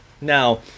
Now